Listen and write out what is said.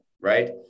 right